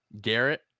Garrett